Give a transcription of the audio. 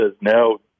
no